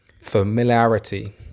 familiarity